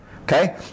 Okay